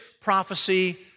prophecy